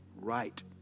right